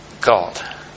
God